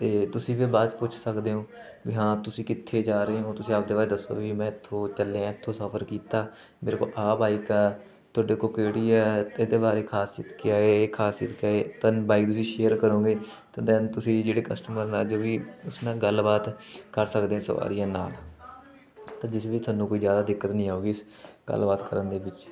ਅਤੇ ਤੁਸੀਂ ਫਿਰ ਬਾਅਦ 'ਚ ਪੁੱਛ ਸਕਦੇ ਹੋ ਵੀ ਹਾਂ ਤੁਸੀਂ ਕਿੱਥੇ ਜਾ ਰਹੇ ਹੋ ਤੁਸੀਂ ਆਪਦੇ ਬਾਰੇ ਦੱਸੋ ਵੀ ਮੈਂ ਇੱਥੋਂ ਚੱਲਿਆ ਇੱਥੋਂ ਸਫ਼ਰ ਕੀਤਾ ਮੇਰੇ ਕੋਲ ਆਹ ਬਾਇਕ ਆ ਤੁਹਾਡੇ ਕੋਲ ਕਿਹੜੀ ਹੈ ਇਹਦੇ ਬਾਰੇ ਖ਼ਾਸੀਅਤ ਕਿਆ ਹੈ ਇਹ ਖ਼ਾਸੀਅਤ ਕਿਆ ਹੈ ਦੈਨ ਬਾਇਕ ਤੁਸੀਂ ਸ਼ੇਅਰ ਕਰੋਂਗੇ ਅਤੇ ਦੈਨ ਤੁਸੀਂ ਜਿਹੜੇ ਕਸਟਮਰ ਨਾਲ ਜੋ ਵੀ ਉਸ ਨਾਲ ਗੱਲਬਾਤ ਕਰ ਸਕਦੇ ਸਵਾਰੀਆਂ ਨਾਲ ਤਾਂ ਜਿਸ ਵਿੱਚ ਤੁਹਾਨੂੰ ਕੋਈ ਜ਼ਿਆਦਾ ਦਿੱਕਤ ਨਹੀਂ ਆਊਗੀ ਗੱਲਬਾਤ ਕਰਨ ਦੇ ਵਿੱਚ